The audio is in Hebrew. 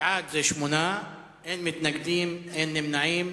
נא להצביע.